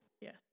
Yes